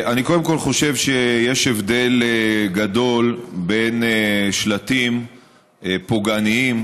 אני קודם כול חושב שיש הבדל גדול בין שלטים פוגעניים,